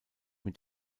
mit